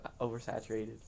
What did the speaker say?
oversaturated